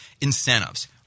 Incentives